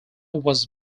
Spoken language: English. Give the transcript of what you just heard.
was